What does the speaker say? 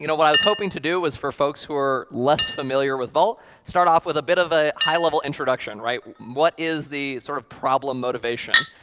you know what i was hoping to do was, for folks who are less familiar with vault, start off with a bit of a high-level introduction. what is the sort of problem motivation?